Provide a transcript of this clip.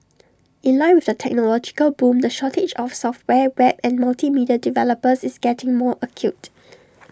in line with the technological boom the shortage of software web and multimedia developers is getting more acute